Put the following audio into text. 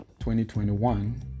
2021